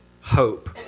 hope